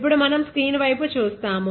ఇప్పుడు మనము స్క్రీన్ వైపు చూస్తాము